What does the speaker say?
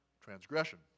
transgression